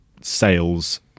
sales